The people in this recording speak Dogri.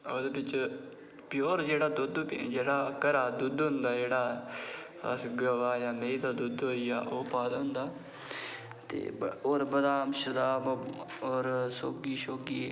ओह्दे बिच प्योर जेह्ड़ा घरा दा दुद्ध होंदा जेह्ड़ा असें गवै दा जां मेहीं दा दुद्ध जेह्ड़ा ओह् पाये दा होंदा होर बादाम सोगी